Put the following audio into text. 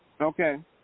Okay